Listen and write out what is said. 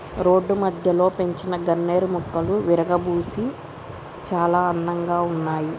road మధ్యలో పెంచిన గన్నేరు మొక్కలు విరగబూసి చాలా అందంగా ఉన్నాయి